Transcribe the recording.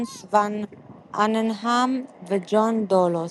הנס ון אננא'אם וג'ון דולוס.